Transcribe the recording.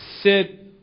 sit